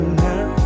now